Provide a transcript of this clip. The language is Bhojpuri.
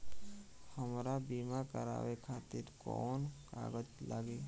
हमरा बीमा करावे खातिर कोवन कागज लागी?